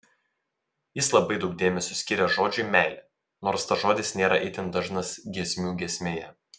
jis labai daug dėmesio skiria žodžiui meilė nors tas žodis nėra itin dažnas giesmių giesmėje